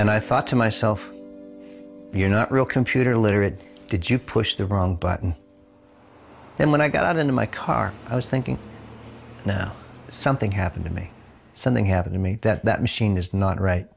and i thought to myself you're not real computer literate did you push the wrong button then when i got into my car i was thinking now something happened to me something happened to me that that machine is not right